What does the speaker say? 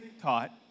taught